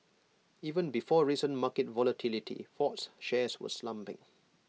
even before recent market volatility Ford's shares were slumping